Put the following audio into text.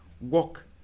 walk